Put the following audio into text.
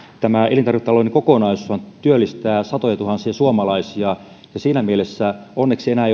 tämä elintarviketalouden kokonaisuushan työllistää satojatuhansia suomalaisia ja siinä mielessä onneksi enää